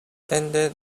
ended